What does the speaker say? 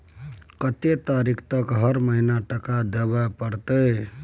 कत्ते तारीख तक हर महीना टका देबै के परतै?